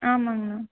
ஆமாம்ங்கண்ணா